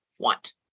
want